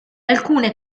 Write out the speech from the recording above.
alcune